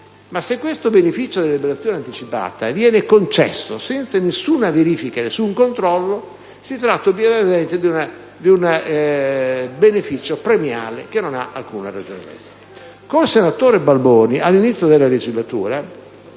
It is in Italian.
ma se il beneficio della liberazione anticipata viene concesso senza alcuna verifica e senza alcun controllo, si tratta di un beneficio premiale che non ha alcuna ragione